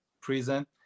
prison